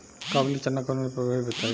काबुली चना के उन्नत प्रभेद बताई?